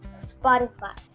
Spotify